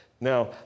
Now